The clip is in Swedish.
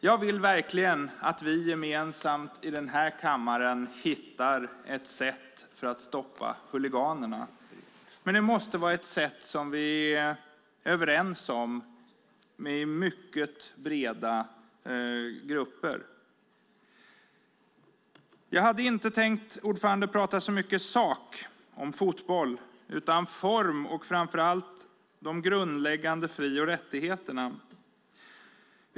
Jag vill verkligen att vi gemensamt i den här kammaren hittar ett sätt att stoppa huliganerna. Det måste vara ett sätt som vi är överens om i mycket breda grupper. Jag ska inte prata så mycket om fotboll, utan mer om form och de grundläggande fri och rättigheterna.